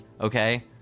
Okay